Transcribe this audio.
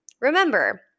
Remember